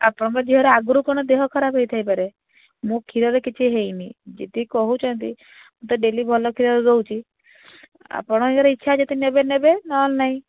ଆପଣଙ୍କ ଝିଅର ଆଗରୁ କ'ଣ ଦେହ ଖରାପ ହେଇଥାଇପାରେ ମୋ କ୍ଷୀରରେ କିଛି ହେଇନି ଯଦି କହୁଛନ୍ତି ମୁଁ ତ ଡେଲି ଭଲ କ୍ଷୀର ଦେଉଛି ଆପଣଙ୍କର ଇଚ୍ଛା ଯଦି ନେବେ ନେବେ ନହେଲେ ନାହିଁ